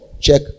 check